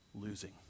losing